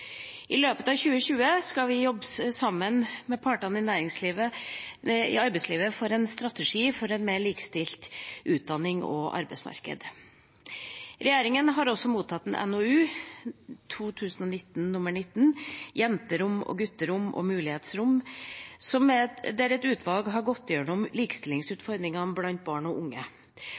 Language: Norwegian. I løpet av 2020 skal vi jobbe sammen med partene i arbeidslivet for en strategi for et mer likestilt utdannings- og arbeidsmarked. Regjeringa har også mottatt NOU 2019:19 Jenterom, gutterom og mulighetsrom, der et utvalg har gått gjennom likestillingsutfordringene blant barn og unge.